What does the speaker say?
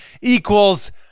equals